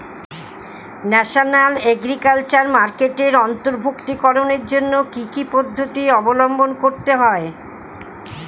National agriculture মার্কেটে অন্তর্ভুক্তিকরণের জন্য কি কি পদ্ধতি অবলম্বন করতে হয়?